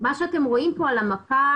מה שאתם רואים כאן על המפה,